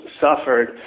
suffered